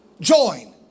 join